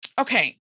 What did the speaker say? Okay